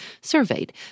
surveyed